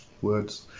words